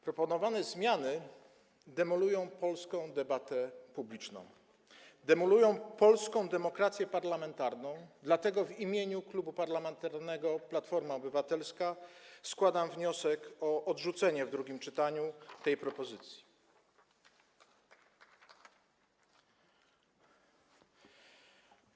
Proponowane zmiany demolują polską debatę publiczną, demolują polską demokrację parlamentarną, dlatego w imieniu Klubu Parlamentarnego Platforma Obywatelska składam wniosek o odrzucenie tej propozycji w drugim czytaniu.